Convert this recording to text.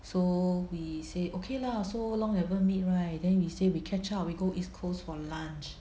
so we say okay lah so long never meet right then we say we catch up we go East Coast for lunch